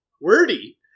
wordy